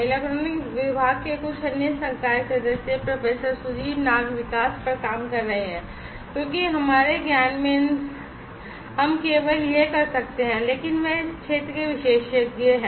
electronic विभाग के कुछ अन्य संकाय सदस्य प्रोफेसर सुदीप नाग विकास पर काम कर रहे हैं क्योंकि हमारे ज्ञान में हम केवल यह कर सकते हैं लेकिन वह इस क्षेत्र में विशेषज्ञ हैं